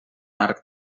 arc